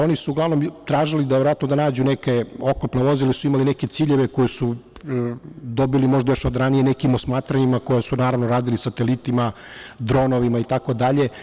Oni su uglavnom tražili da nađu neka oklopna vozila, jer su imali neke ciljeve koje su dobili još od ranije u nekim osmatranjima koja su naravno radili satelitima, dronovima itd.